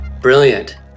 brilliant